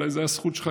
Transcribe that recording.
אולי זו הזכות שלך,